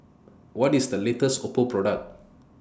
What IS The latest Oppo Product